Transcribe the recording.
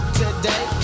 today